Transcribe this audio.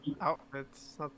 outfits